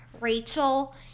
Rachel